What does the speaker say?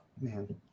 man